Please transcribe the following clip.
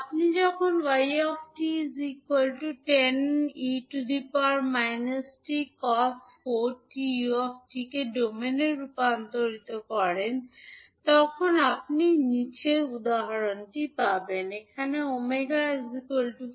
আপনি যখন y 𝑡 10𝑒−𝑡 cos 4𝑡𝑢𝑡 কে ডোমেইনে রূপান্তর করেন আপনি পাবেন এখানে ω 4